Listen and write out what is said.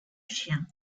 chien